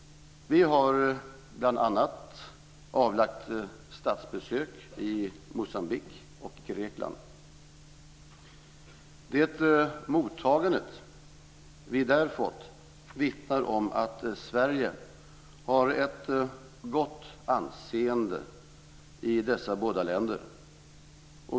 Vi har bl.a. avlagt statsbesök i Moçambique och Grekland. Det mottagande vi där har fått vittnar om att Sverige har ett gott anseende i dessa båda länder.